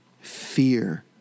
fear